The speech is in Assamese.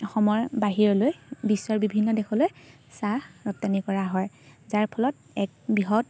অসমৰ বাহিৰলৈ বিশ্বৰ বিভিন্ন দেশলৈ চাহ ৰপ্তানি কৰা হয় যাৰ ফলত এক বৃহৎ